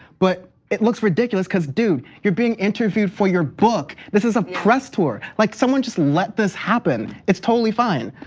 but it looks ridiculous cuz dude, you're being interviewed for your book. this is a press tour, like someone just let this happen. it's totally fine,